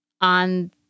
on